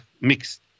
mixed